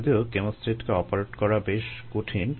যদিও কেমোস্ট্যাটকে অপারেট করা বেশ কঠিন